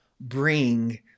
bring